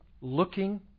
looking